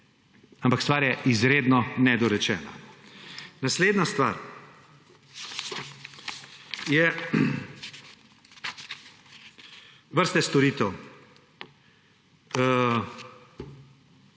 Ampak stvar je izredno nedorečena. Naslednja stvar so vrste storitev.